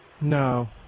No